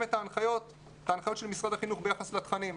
את ההנחיות של משרד החינוך ביחס לתכנים.